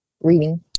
Reading